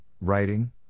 writing